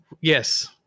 Yes